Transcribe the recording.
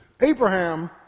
Abraham